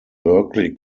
berkeley